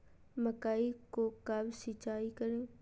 मकई को कब सिंचाई करे?